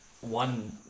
one